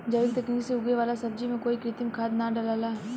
जैविक तकनीक से उगे वाला सब्जी में कोई कृत्रिम खाद ना डलाला